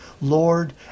Lord